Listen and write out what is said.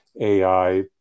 AI